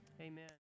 Amen